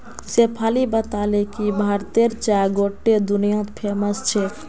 शेफाली बताले कि भारतेर चाय गोट्टे दुनियात फेमस छेक